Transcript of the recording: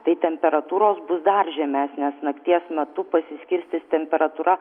tai temperatūros bus dar žemesnės nakties metu pasiskirstys temperatūra